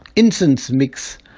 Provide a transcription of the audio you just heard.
incense mix,